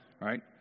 right